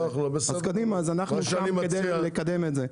אז קדימה, אז אנחנו שם כדי לקדם את זה.